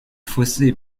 fossé